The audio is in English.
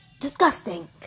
disgusting